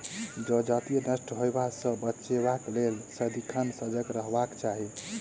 जजति नष्ट होयबा सँ बचेबाक लेल सदिखन सजग रहबाक चाही